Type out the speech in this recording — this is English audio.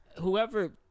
whoever